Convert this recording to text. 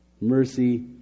mercy